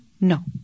No